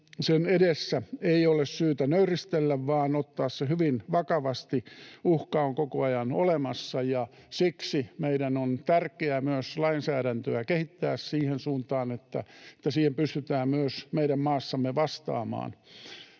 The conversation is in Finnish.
sen edessä ei ole syytä nöyristellä vaan tulee ottaa se hyvin vakavasti. Uhka on koko ajan olemassa, ja siksi meidän on tärkeää myös lainsäädäntöä kehittää siihen suuntaan, että siihen pystytään myös meidän maassamme vastaamaan.